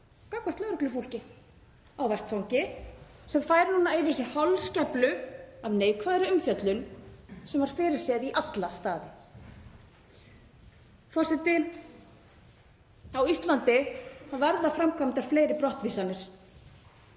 gagnvart lögreglufólki á vettvangi sem fær núna yfir sig holskeflu af neikvæðri umfjöllun sem var fyrirséð í alla staði. Forseti. Á Íslandi verða framkvæmdar fleiri brottvísanir